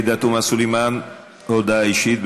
עאידה תומא סלימאן, הודעה אישית.